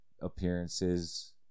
Appearances